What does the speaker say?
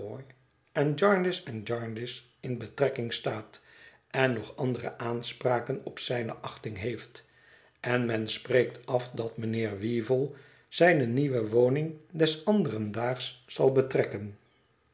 en jarndyce en jarndyce in betrekking staat en nog andere aanspraken op zijne achting heeft en men spreekt at dat mijnheer weevle zijne nieuwe woning des anderen daags zal betrekken